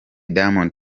diamond